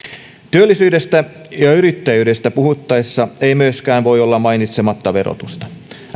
työllisyydestä ja yrittäjyydestä puhuttaessa ei myöskään voi olla mainitsematta verotusta rkpn linja ei ole muuttunut verotuksen